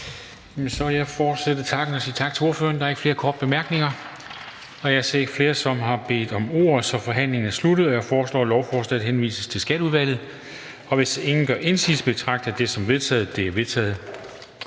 vil jeg fortsætte takken og sige tak til ordføreren. Der er ikke flere korte bemærkninger. Jeg ser ikke flere, som har bedt om ordet, så forhandlingen er sluttet. Jeg foreslår, at lovforslaget henvises til Skatteudvalget. Hvis ingen gør indsigelse, betragter jeg det som vedtaget. Det er vedtaget.